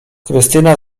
krystyna